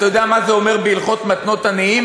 אתה יודע מה זה אומר בהלכות מתנות עניים?